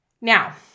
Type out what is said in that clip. Now